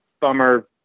bummer